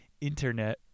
internet